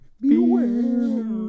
Beware